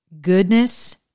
goodness